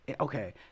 okay